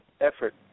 effort